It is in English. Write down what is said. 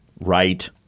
Right